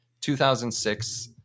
2006